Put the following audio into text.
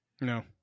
No